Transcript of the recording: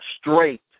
straight